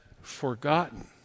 forgotten